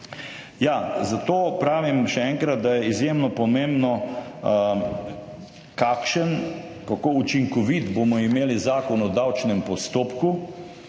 Zato pravim, še enkrat, da je izjemno pomembno, kakšen, kako učinkovit Zakon o davčnem postopku